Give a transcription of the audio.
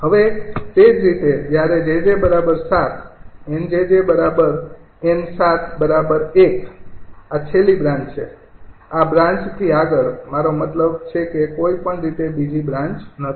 હવે તે જ રીતે જ્યારે 𝑗𝑗૭ 𝑁𝑗𝑗𝑁૭૧ આ છેલ્લી બ્રાન્ચ છે આ બ્રાન્ચથી આગળ મારો મતલબ છે કે કોઈ પણ રીતે બીજી બ્રાન્ચ નથી